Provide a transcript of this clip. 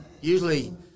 usually